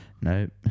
Nope